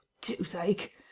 Toothache